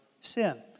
sin